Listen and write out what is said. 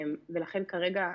ולכן כרגע,